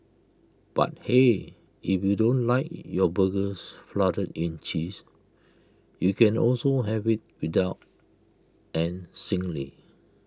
but hey if you don't like your burgers flooded in cheese you can also have IT without and singly